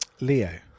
Leo